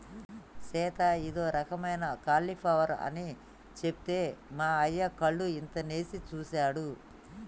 సీత ఇదో రకమైన క్యాలీఫ్లవర్ అని సెప్తే మా అయ్య కళ్ళు ఇంతనేసి సుసాడు